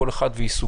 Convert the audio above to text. כל אחד ועיסוקו.